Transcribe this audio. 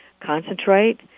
concentrate